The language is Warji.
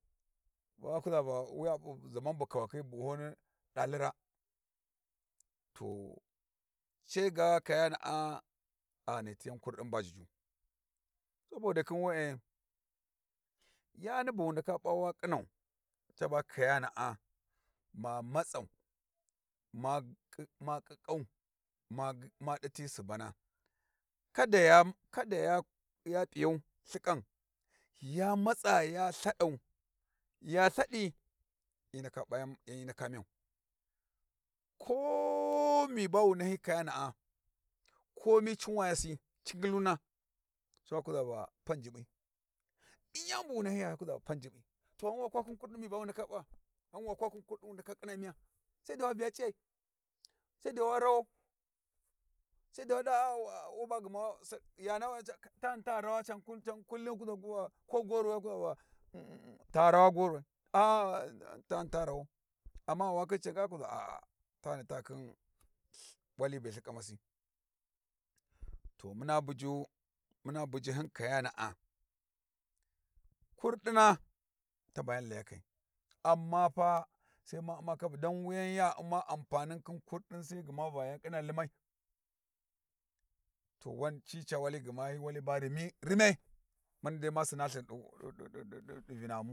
Wa kuʒa va wi pi ʒaman bu kawaki buhuni ɗaali raa, to ce ga kayana'a a ghani ti yan kurɗin ba jijju sabodi khin we'e yani bu wu ndaka p'a wa ƙhinau ca ba kayana'a ma matsau ma ƙiƙƙau ma ma ɗati subana, kada ya P'iyau lthiƙan ya matsa ya Lthaɗau ya lthaɗi hyi ndaka p'a yan hyi ndaka myau, ko me ba wu nahyi kayana’a ko mi cinwayasi cigilluna sai wa kuʒa Va pan juɓɓi ɗin yani bu wu nahyiya sai wa kuʒa va pan juɓɓi, to ghan wa kwa khin wa kwa khin kurɗin mi ba wu ndaka ƙhinawa sai dai wa vya c'iyai Sai dai wa rawau sai dai ta nita rawa can kullum Sai wa kuʒa ko goruwai sai wa kuʒa va ta rawa goruwai a'a tani ta rawau, amma ghani wa khin cani Sai wa kuʒa a'a ta ni ta khin lth wali be Lthiƙamasi. To muna buju muna bujihyun kayana'a, kurɗina ta ba yan Layakai, amma pa Sai ma u'ma kappa dan wuyan pa ya u'ma amfanin khin, kurɗin sai gma va ya ƙhina Limai to wan ci ca wali gma hyi wali ba ri rinya mani dai ma sina lthi vinaghumu.